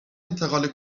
انتقال